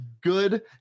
Good